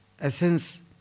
essence